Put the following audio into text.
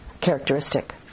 characteristic